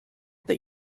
that